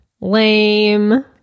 Lame